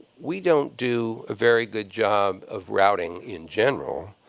we don't do a very good job of routing in general.